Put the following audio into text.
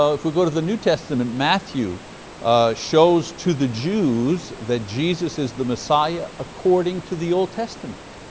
ah if we go to the new testament, matthew shows to the jews that jesus is the messiah according to the old testament.